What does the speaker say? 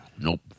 Nope